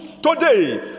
Today